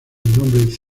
nombres